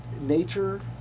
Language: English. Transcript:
nature